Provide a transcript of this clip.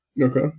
Okay